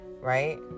Right